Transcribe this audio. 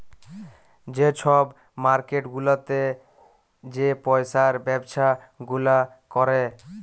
যে ছব মার্কেট গুলাতে যে পইসার ব্যবছা গুলা ক্যরে